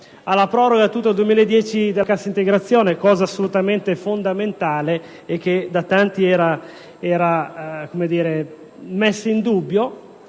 alla proroga per tutto il 2010 della cassa integrazione, un intervento assolutamente fondamentale, che da tanti era messo in dubbio.